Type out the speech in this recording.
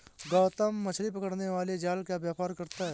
गौतम मछली पकड़ने वाले जाल का व्यापार करता है